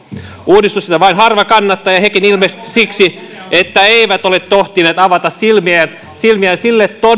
uudistus jota vain harva kannattaa ja hekin ilmeisesti siksi että eivät ole tohtineet avata silmiään silmiään sille